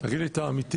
תגיד לי, אתה אמיתי?